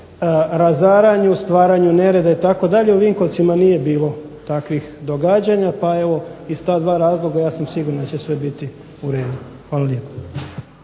razaranju, stvaranju nereda itd., u Vinkovcima nije bilo takvih događanja, pa evo iz ta dva razloga ja sam siguran da će sve biti u redu. Hvala lijepa.